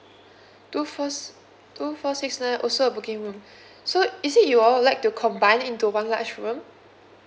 two four s~ two four six nine also a booking room so is it you all like to combine into one large room